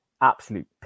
absolute